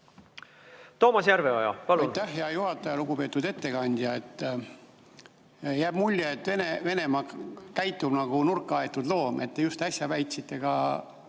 Toomas Järveoja, palun!